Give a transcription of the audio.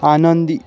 आनंदी